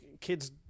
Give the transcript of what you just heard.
Kids